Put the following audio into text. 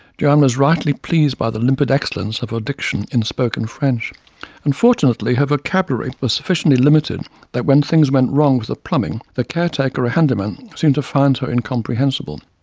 joanne was rightly pleased by the limpid excellence of her diction in spoken french unfortunately her vocabulary was sufficiently limited that when things went wrong with the plumbing, the care-taker handyman seemed to find her incomprehensible.